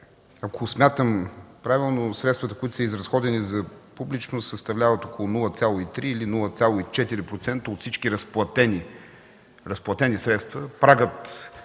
ако смятам правилно, средствата, които са изразходени за публичност, съставляват около 0,3% или 0,4% от всички разплатени средства.